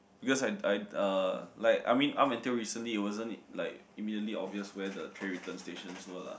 because I I uh like I mean up until recently it wasn't like immediately obvious where the tray return station were lah